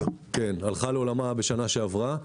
הלכה לעולמה בשנה שעברה .